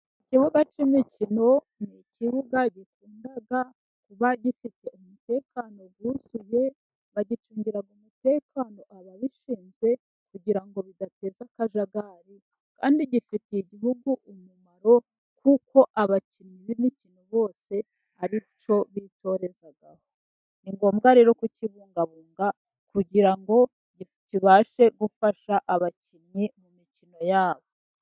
Ikibuga cy'imikino ni ikibuga gikunda kuba gifite umutekano wuzuye. Bagicungira umutekano ababishinzwe kugira ngo bidateza akajagari, kandi gifitiye igihugu umumaro, kuko abakinnyi b'imikino bose ari cyo bitorezaho. Ni ngombwa rero kukibungabunga kugira ngo kibashe gufasha abakinnyi mu mikino yabo.